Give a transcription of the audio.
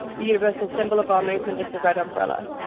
the universal symbol of our movement is the red umbrella.